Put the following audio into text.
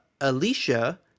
Alicia